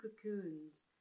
cocoons